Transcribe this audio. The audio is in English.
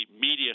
media